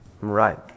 Right